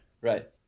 Right